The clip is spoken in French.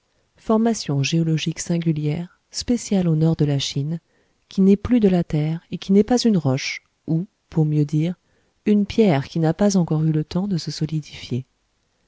formation géologique singulière spéciale au nord de la chine qui n'est plus de la terre et qui n'est pas une roche ou pour mieux dire une pierre qui n'a pas encore eu le temps de se solidifier